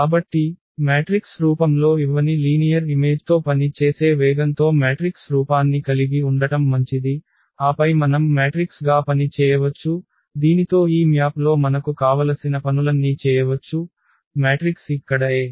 కాబట్టి మ్యాట్రిక్స్ రూపంలో ఇవ్వని లీనియర్ ఇమేజ్తో పని చేసే వేగంతో మ్యాట్రిక్స్ రూపాన్ని కలిగి ఉండటం మంచిది ఆపై మనం మ్యాట్రిక్స్ గా పని చేయవచ్చు దీనితో ఈ మ్యాప్లో మనకు కావలసిన పనులన్నీ చేయవచ్చు మ్యాట్రిక్స్ ఇక్కడ A